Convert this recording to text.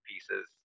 Pieces